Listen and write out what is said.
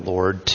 Lord